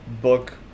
book